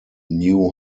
new